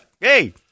hey